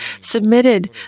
submitted